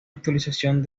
actualización